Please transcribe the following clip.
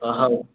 ହଁ ହଉ